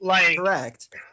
Correct